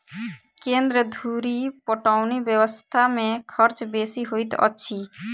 केन्द्र धुरि पटौनी व्यवस्था मे खर्च बेसी होइत अछि